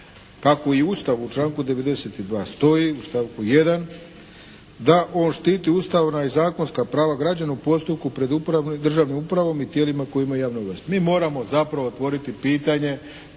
kako i u Ustavu u članku 92. stoji u stavku 1. da on štiti ustavna i zakonska prava građana u postupku pred državnom upravom i tijelima koja imaju javne ovlasti. Mi moramo zapravo otvoriti pitanje